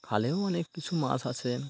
খালেও অনেক কিছু মাছ আছে